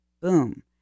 boom